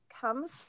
comes